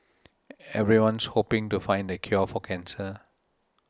everyone's hoping to find the cure for cancer